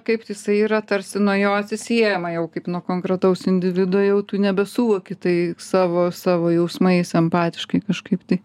kaip jisai yra tarsi nuo jo atsiejama jau kaip nuo konkretaus individo jau tu nebe suvoki tai savo savo jausmais empatiškai kažkaip tai